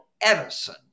edison